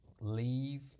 leave